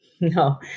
No